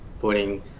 putting